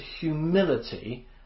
humility